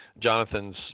Jonathan's